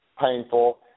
painful